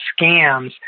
scams